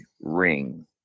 ring